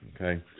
okay